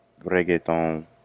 reggaeton